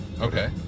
Okay